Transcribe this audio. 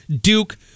Duke